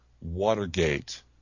Watergate